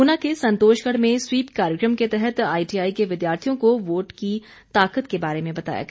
ऊना के संतोषगढ़ में स्वीप कार्यक्रम के तहत आईटीआई के विद्यार्थियों को वोट की ताकत के बारे में बताया गया